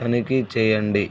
తనిఖీ చేయండి